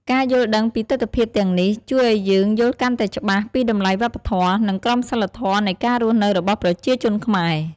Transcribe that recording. ការយល់ដឹងពីទិដ្ឋភាពទាំងនេះ ជួយឱ្យយើងយល់កាន់តែច្បាស់ពីតម្លៃវប្បធម៌ និងក្រមសីលធម៌នៃការរស់នៅរបស់ប្រជាជនខ្មែរ។